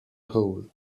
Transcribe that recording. hole